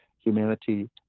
humanity